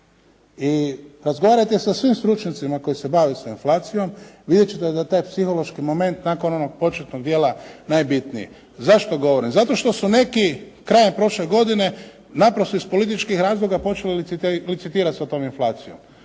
i razgovarajte sa svim stručnjacima koji se bave sa inflacijom, vidjeti ćete da taj psihološki moment nakon onog početnog dijela najbitniji. Zašto govorim? Zato što su neki krajem prošle godine naprosto iz političkih razloga počeli licitirati sa tom inflacijom.